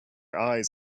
eyes